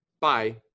Bye